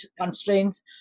constraints